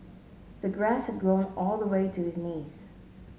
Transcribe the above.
the grass had grown all the way to his knees